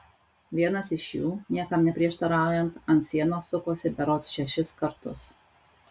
vienas iš jų niekam neprieštaraujant ant sienos sukosi berods šešis kartus